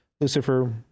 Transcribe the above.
Lucifer